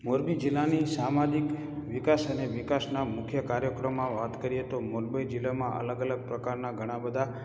મોરબી જિલ્લાની સામાજીક વિકાસ અને વિકાસના મુખ્ય કાર્યક્રમમાં વાત કરીએ તો મોરબી જિલ્લામાં અલગ અલગ પ્રકારના ઘણા બધા